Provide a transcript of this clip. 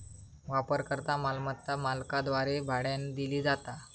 वापरकर्ता मालमत्ता मालकाद्वारे भाड्यानं दिली जाता